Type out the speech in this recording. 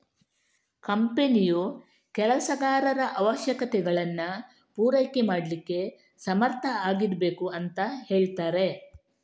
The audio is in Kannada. ಕಂಪನಿಯು ಕೆಲಸಗಾರರ ಅವಶ್ಯಕತೆಗಳನ್ನ ಪೂರೈಕೆ ಮಾಡ್ಲಿಕ್ಕೆ ಸಮರ್ಥ ಆಗಿರ್ಬೇಕು ಅಂತ ಹೇಳ್ತಾರೆ